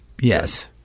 Yes